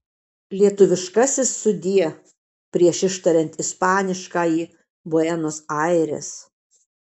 lietuviškasis sudie prieš ištariant ispaniškąjį buenos aires